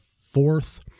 fourth